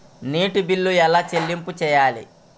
నీటి బిల్లు ఎలా చెల్లింపు చేయాలి?